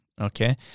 okay